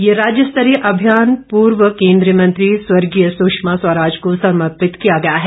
ये राज्य स्तरीय अभियान पूर्व केंद्रीय मंत्री स्वर्गीय सुषमा स्वराज को समर्पित किया गया है